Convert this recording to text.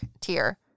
tier